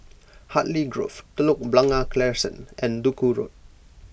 Hartley Grove Telok Blangah Crescent and Duku Road